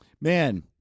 Man